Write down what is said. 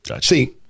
See